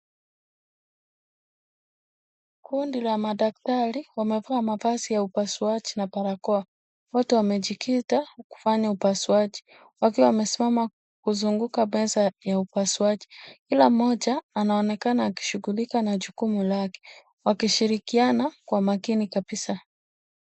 Kundi la madaktari wamevaa mavazi ya upasuaji na barakoa, wote wamejikita kufanya upasuaji wakiwa wamesimama kuzunguka meza ya upasuaji, kila mmoja anaonekana akishungulika na jukumu lake wakishirikiana kwa umakini kabisa.